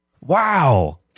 Wow